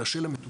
אלא של המטופל,